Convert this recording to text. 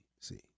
see